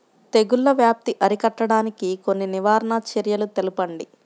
తెగుళ్ల వ్యాప్తి అరికట్టడానికి కొన్ని నివారణ చర్యలు తెలుపండి?